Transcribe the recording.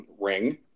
ring